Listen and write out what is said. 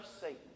Satan